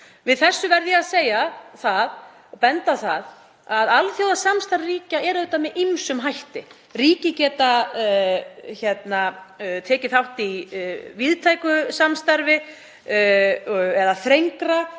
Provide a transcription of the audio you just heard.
Um þetta verð ég að segja og benda á að alþjóðasamstarf ríkja er auðvitað með ýmsum hætti. Ríki geta tekið þátt í víðtæku samstarfi eða þrengra